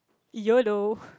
yolo